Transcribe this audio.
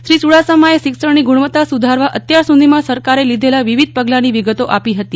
શ્રી ચૂડાસમાએ શિક્ષણની ગુણવત્તા સુધારવા અત્યારસુધીમાં સરકારે લીધેલા વિવિધ પગલાંની વિગતો આપી હતી